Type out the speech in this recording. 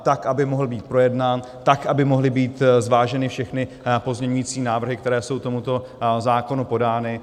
Tak aby mohl být projednán, tak aby mohly být zváženy všechny pozměňující návrhy, které jsou k tomuto zákonu podány.